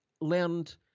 learned